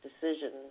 decisions